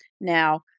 Now